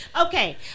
Okay